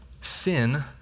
Sin